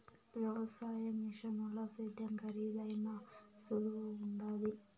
వ్యవసాయ మిషనుల సేద్యం కరీదైనా సులువుగుండాది